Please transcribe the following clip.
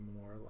more